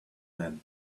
them